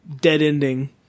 dead-ending